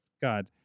God